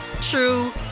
true